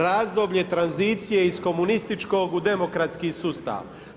Razdoblje tranzicije iz komunističkog u demokratski sustav.